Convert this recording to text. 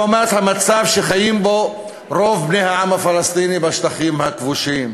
לעומת המצב שחיים בו רוב בני העם הפלסטיני בשטחים הכבושים.